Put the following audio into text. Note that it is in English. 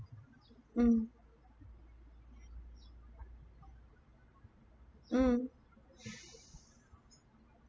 mm mm